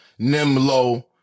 Nimlo